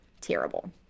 terrible